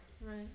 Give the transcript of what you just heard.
Right